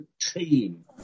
team